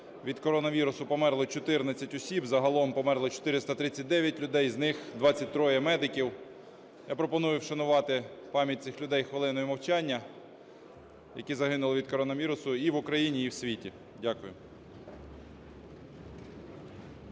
від коронавірусу померли 14 осіб. Загалом померло 439 людей, з них 23 медиків. Я пропоную вшанувати пам'ять цих людей хвилиною мовчання, які загинули від коронавірусу і в Україні, і в світі. Дякую.